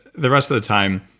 the rest of the time,